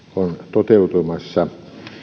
toteutumassa